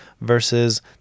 versus